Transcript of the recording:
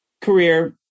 career